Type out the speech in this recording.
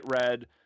red